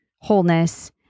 wholeness